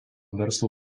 verslo